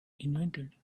invented